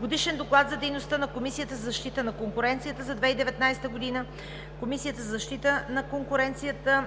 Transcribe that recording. Годишен доклад за дейността на Комисията за защита на конкуренцията за 2019 г. Вносител – Комисията за защита на конкуренцията.